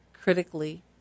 critically